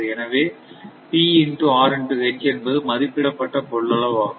எனவே P R H என்பது மதிப்பிடப்பட்ட கொள்ளளவு ஆகும்